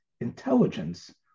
intelligence